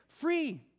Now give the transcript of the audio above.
free